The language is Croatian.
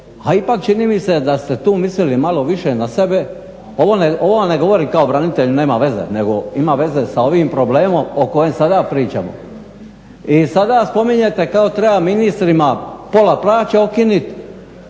a ipak čini mi se da ste tu mislili malo više na sebe. Ovo ne govorim kao branitelj, nema veze, nego ima veze sa ovim problemom o kojem sada pričamo. I sada spominjete kao treba ministrima pola plaće otkinit,